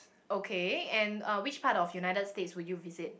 okay and uh which part of United-States would you visit